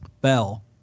Bell